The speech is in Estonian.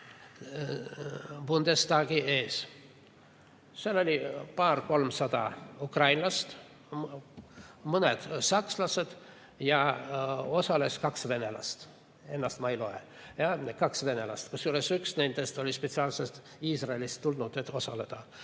Bundestagi ees. Seal oli paar-kolmsada ukrainlast, mõned sakslased ja osales kaks venelast – ennast ma [venelaseks] ei loe –, kusjuures üks nendest oli spetsiaalselt Iisraelist tulnud, et osaleda